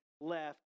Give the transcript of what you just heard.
Left